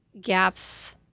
gaps